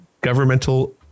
governmental